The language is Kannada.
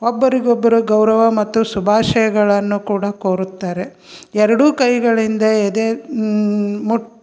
ಒಬ್ಬರಿಗೊಬ್ಬರು ಗೌರವ ಮತ್ತು ಶುಭಾಷಯಗಳನ್ನು ಕೂಡ ಕೋರುತ್ತಾರೆ ಎರಡೂ ಕೈಗಳಿಂದ ಎದೆ ಮು